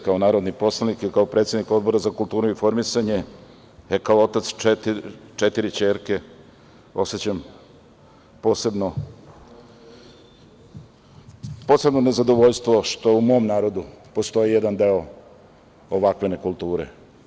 Kao narodni poslanik i kao predsednik Odbora za kulturu, informisanje i kao otac četiri ćerke, osećam posebno nezadovoljstvo što u narodu postoji jedan deo ovakve nekulture.